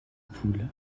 poules